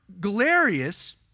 Galerius